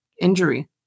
injury